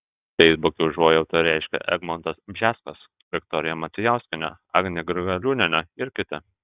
feisbuke užuojautą reiškia egmontas bžeskas viktorija macijauskienė agnė grigaliūnienė ir kiti